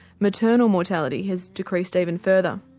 maternal mortality has decreased even further.